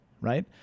right